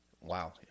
wow